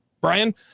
Brian